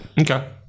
Okay